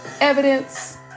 evidence